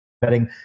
betting